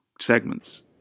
segments